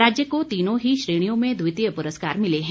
राज्य को तीनों ही श्रेणियों में द्वितीय पुरस्कार मिले हैं